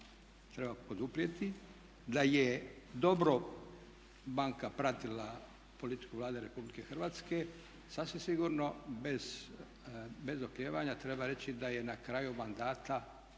treba poduprijeti, da je dobro banka pratila politiku Vlade RH sasvim sigurno bez oklijevanja treba reći da je na kraju mandata